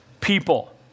people